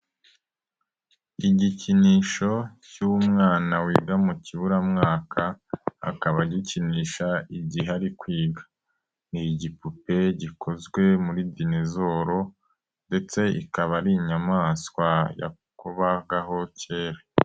Igikinisho cy'umwana wiga mu kiburamwaka, akaba gikinisha igihe ari kwiga. Ni igipupe gikozwe muri dinezoro ndetse ikaba ari inyamaswa yabagaho kera.